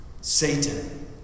Satan